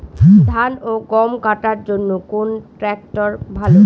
ধান ও গম কাটার জন্য কোন ট্র্যাক্টর ভালো?